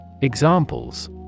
Examples